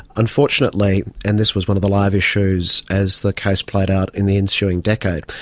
unfortunately, and this was one of the live issues as the case played out in the ensuing decade,